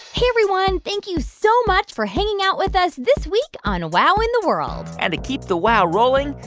hey, everyone. thank you so much for hanging out with us this week on a wow in the world and to keep the wow rolling,